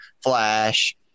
Flash